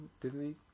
Disney